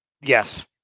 Yes